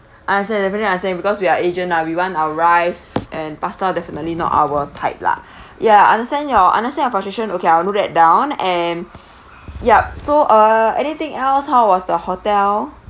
understand definitely understand because we are asian lah we want our rice and pasta definitely not our type lah ya understand your understand your position okay I will note that down and yup so uh anything else how was the hotel